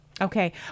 Okay